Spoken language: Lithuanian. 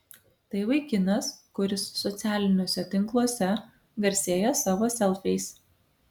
tai vaikinas kuris socialiniuose tinkluose garsėja savo selfiais